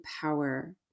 power